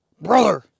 Brother